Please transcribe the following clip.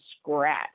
scratch